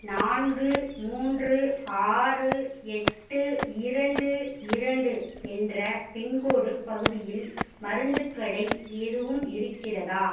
நான்கு மூன்று ஆறு எட்டு இரண்டு இரண்டு என்ற பின்கோட் பகுதியில் மருந்துக் கடை எதுவும் இருக்கிறதா